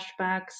flashbacks